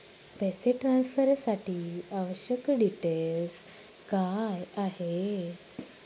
पैसे ट्रान्सफरसाठी आवश्यक डिटेल्स काय आहेत?